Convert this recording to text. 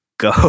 Go